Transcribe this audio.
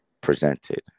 presented